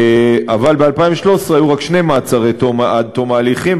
אבל ב-2013 היו רק שני מעצרים עד תום ההליכים,